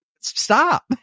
stop